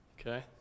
Okay